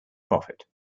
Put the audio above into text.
profit